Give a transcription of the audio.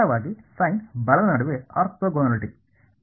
ನಿಖರವಾಗಿ ಸೈನ್ ಬಲದ ನಡುವೆ ಆರ್ಥೋಗೊನಾಲಿಟಿ